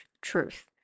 truth